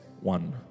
one